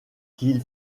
qu’il